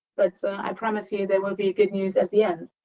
but so i promise you, there will be good news at the end.